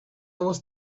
was